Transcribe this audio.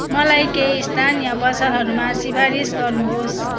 मलाई केही स्थानीय पसलहरूमा सिफारिस गर्नुहोस्